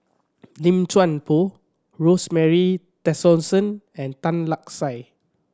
Lim Chuan Poh Rosemary Tessensohn and Tan Lark Sye